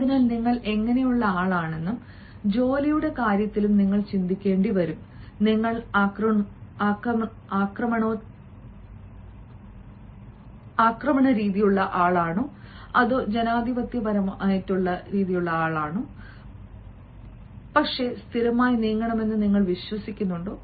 അതിനാൽ നിങ്ങൾ എങ്ങനെയുള്ള ആളാണെന്നും ജോലിയുടെ കാര്യത്തിലും നിങ്ങൾ ചിന്തിക്കേണ്ടി വരും നിങ്ങൾ ആക്രമണോത്സുകനാണോ അതോ ജനാധിപത്യപരമാണോ പതുക്കെ പക്ഷേ സ്ഥിരമായി നീങ്ങണമെന്നു നിങ്ങൾ വിശ്വസിക്കുന്നുണ്ടോ